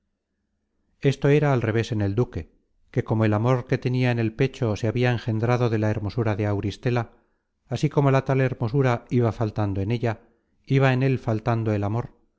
esto era al reves en el duque que como el amor que tenia en el pecho se habia engendrado de la hermosura de auristela así como la tal hermosura iba fal content from google book search generated at content from google book search generated at tando en ella iba en él faltando el amor